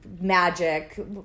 magic